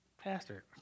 pastor